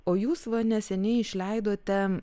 o jūs va neseniai išleidote